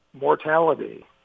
mortality